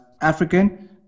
African